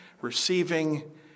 receiving